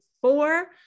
four